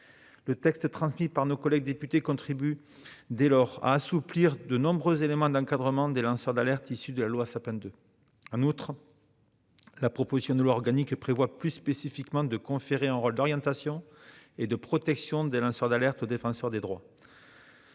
Le texte transmis par nos collègues députés contribue dès lors à assouplir de nombreux éléments d'encadrement des lanceurs d'alerte issus de la loi Sapin II. En outre, la proposition de loi organique prévoit plus spécifiquement de conférer un rôle d'orientation et de protection des lanceurs d'alerte au Défenseur des droits.